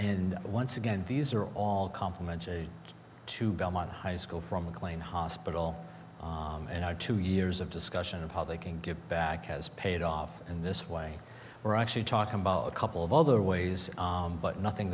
and once again these are all complementary to belmont high school from mclean hospital and two years of discussion of how they can get back has paid off in this way we're actually talking about a couple of other ways but nothing